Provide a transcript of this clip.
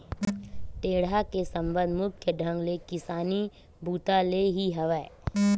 टेंड़ा के संबंध मुख्य ढंग ले किसानी बूता ले ही हवय